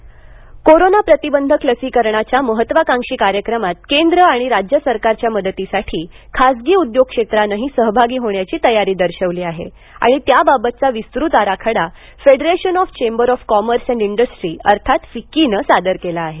लसीकरण सहभाग कोरोना प्रतिबंधक लसीकरणाच्या महत्वाकांक्षी कार्यक्रमात केंद्र आणि राज्य सरकारच्या मदतीसाठी खासगी उद्योग क्षेत्रानंही सहभागी होण्याची तयारी दर्शवली आहे आणि त्याबद्दलचा विस्तृत आराखडा federation of chamber of commerce and industry अर्थात फिक्कीनं सादर केला आहे